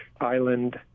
Island